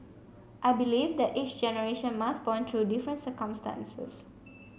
I believe that each generation must bond to different circumstances